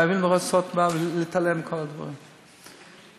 חייבים להתעלם מכל הדברים.